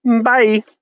Bye